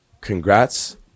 congrats